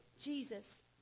Jesus